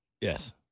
Yes